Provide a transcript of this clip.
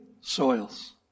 soils